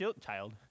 child